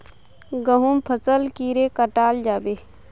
गहुम फसल कीड़े कटाल जाबे?